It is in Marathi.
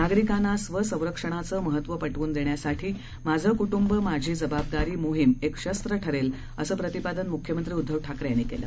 नागरिकांना स्वसंरक्षणाचे महत्व पटवून देण्यासाठी माझे कुटुंब माझी जबाबदारी मोहीम एक शस्त्र ठरेल असे प्रतिपादन मुख्यमंत्री उद्धव ठाकरे यांनी केले